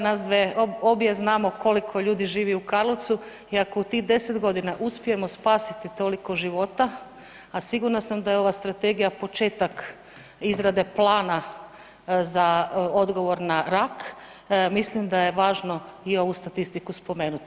Nas obje znamo koliko ljudi živi u Karlovcu i ako u tih 10 godina uspijemo spasiti toliko života, a sigurna sam da je ova strategija početak izrade plana za odgovor na rak mislim da je važno i ovu statistiku spomenuti.